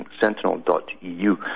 sentinel.eu